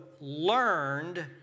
learned